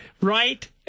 right